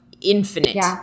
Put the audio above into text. infinite